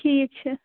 ٹھیٖک چھُ